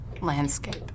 landscape